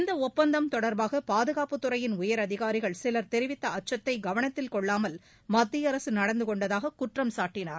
இந்த ஒப்பந்தம் தொடர்பாக பாதுகாப்புத் துறையின் உயரதிகாரிகள் சிலர் தெரிவித்த அச்சத்தை கவனத்தில் கொள்ளாமல் மத்திய அரசு நடந்து கொண்டதாக குற்றம் சாட்டினார்